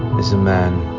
is a man,